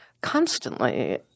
constantly